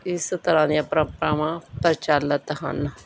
ਇਸ ਤਰ੍ਹਾਂ ਦੀਆਂ ਪ੍ਰੰਪਰਾਵਾਂ ਪ੍ਰਚਲਿੱਤ ਹਨ